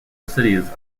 cities